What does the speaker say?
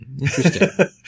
Interesting